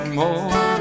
more